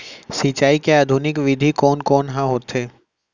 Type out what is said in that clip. सिंचाई के आधुनिक विधि कोन कोन ह होथे?